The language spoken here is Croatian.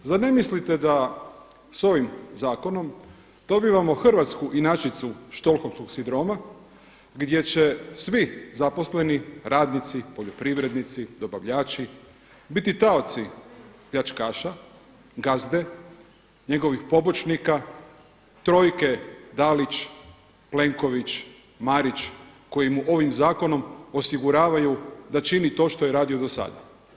Zar ne mislite da s ovim zakonom dobivamo hrvatsku inačicu stockhlomskog sindroma gdje će svi zaposleni, radnici, poljoprivrednici, dobavljači biti taoci pljačkaša, gazde, njegovih pobočnika, trojke Dalić, Plenković, Marić koji mu ovim zakonom osiguravaju da čini to što je radio i do sada.